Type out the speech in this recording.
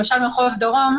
למשל מחוז דרום,